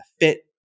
fit